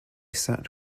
sat